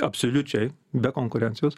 absoliučiai be konkurencijos